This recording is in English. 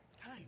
Hi